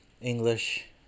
English